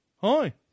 Hi